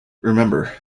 remember